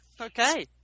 Okay